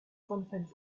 sometimes